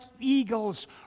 eagles